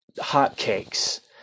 hotcakes